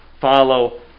follow